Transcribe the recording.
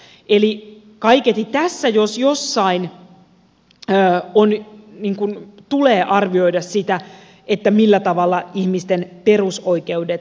eli kaiketi tässä jos jossain tulee arvioida sitä millä tavalla ihmisten perusoikeudet toteutuvat